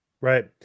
right